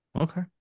Okay